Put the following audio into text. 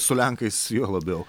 su lenkais juo labiau